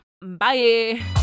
bye